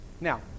Now